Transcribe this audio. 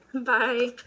Bye